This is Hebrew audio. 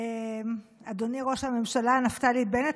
אדוני ראש הממשלה נפתלי בנט,